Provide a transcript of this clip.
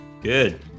Good